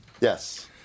yes